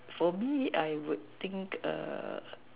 for me I would think us